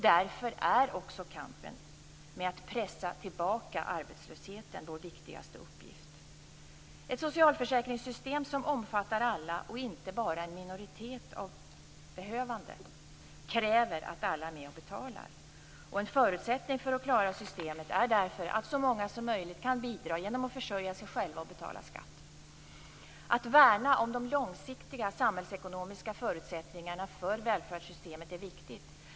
Därför är också kampen med att pressa tillbaka arbetslösheten vår viktigaste uppgift. Ett socialförsäkringssystem som omfattar alla och inte bara en minoritet av behövande kräver att alla är med och betalar. En förutsättning för att klara systemet är därför att så många som möjligt kan bidra genom att försörja sig själva och betala skatt. Att värna om de långsiktiga samhällsekonomiska förutsättningarna för välfärdssystemet är viktigt.